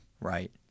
Right